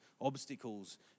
obstacles